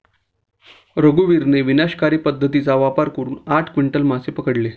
रघुवीरने विनाशकारी पद्धतीचा वापर करून आठ क्विंटल मासे पकडले